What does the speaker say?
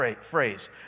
phrase